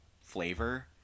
flavor